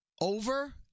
over